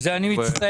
על זה אני מצטער.